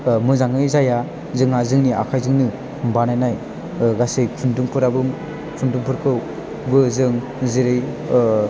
मोजाङै जाया जोंहा जोंनि आखाइजोंनो बानायनाय गासै खुन्दुंफोराबो खुन्दुंफोरखौबो जों जेरै